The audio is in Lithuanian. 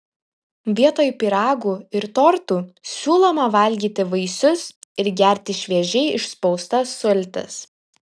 vietoj pyragų ir tortų siūloma valgyti vaisius ir gerti šviežiai išspaustas sultis